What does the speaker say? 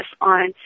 on